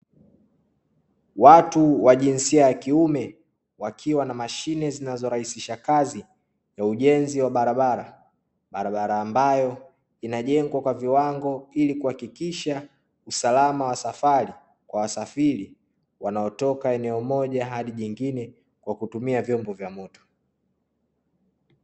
Watu wa jinsia ya kiume wakiwa na mashine zinazorahisisha kazi ya ujenzi wa barabara, barabara ambayo inajengwa kwa viwango ili kuhakikisha usalama wa safari kwa wasafiri wanaotoka eneo moja hadi jengine, kwa kutumia vyombo vya moto.